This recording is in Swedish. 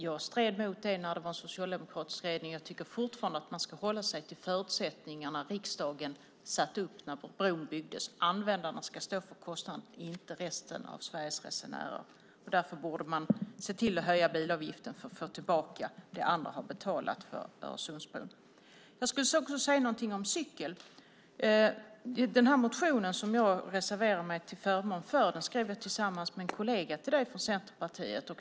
Jag stred mot det när det var en socialdemokratisk regering, och jag tycker fortfarande att man ska hålla sig till de förutsättningar riksdagen satte upp när bron byggdes: Användarna ska stå för kostnaderna, inte resten av Sveriges resenärer. Därför borde man se till att höja bilavgiften för att få tillbaka det som andra har betalat för Öresundsbron. Jag skulle också säga någonting om cykel. Den motion som jag reserverade mig till förmån för skrev jag tillsammans med en kollega till dig från Centerpartiet.